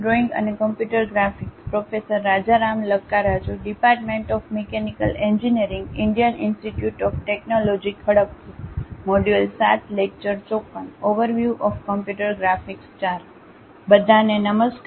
બધા ને નમસ્કાર